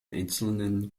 einzelnen